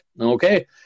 okay